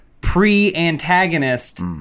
pre-antagonist